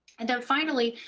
and then, finally,